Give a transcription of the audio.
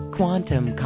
Quantum